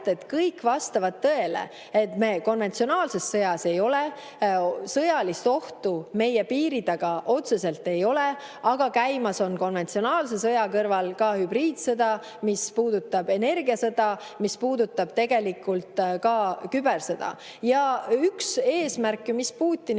väited vastavad tõele. Me konventsionaalses sõjas ei ole, sõjalist ohtu meie piiri taga otseselt ei ole, aga konventsionaalse sõja kõrval on käimas hübriidsõda, mis puudutab energiasõda, mis puudutab ka kübersõda. Ja üks eesmärke, mis Putinil